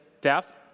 death